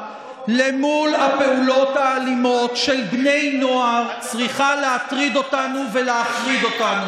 מול הפעולות האלימות של בני נוער צריכה להטריד אותנו ולהחריד אותנו.